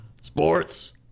Sports